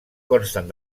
consten